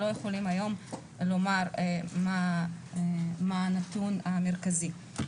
אנחנו לא יכולים לומר היום מה הנתון המרכזי.